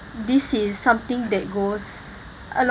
this is something that goes